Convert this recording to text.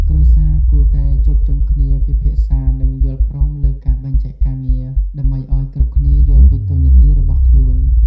គ្រួសារគួរតែជួបជុំគ្នាពិភាក្សា និងយល់ព្រមលើការបែងចែកការងារ ដើម្បីឲ្យគ្រប់គ្នាយល់ពីតួនាទីរបស់ខ្លួន។